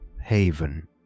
haven